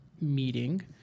meeting